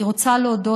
אני רוצה להודות,